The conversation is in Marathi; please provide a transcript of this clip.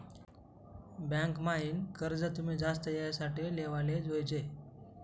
बँक म्हाईन कर्ज तुमी जास्त येळ साठे लेवाले जोयजे